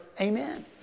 Amen